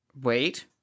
Wait